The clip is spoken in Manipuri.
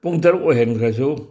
ꯄꯨꯡ ꯇꯔꯨꯛ ꯑꯣꯏꯍꯟꯈ꯭ꯔꯁꯨ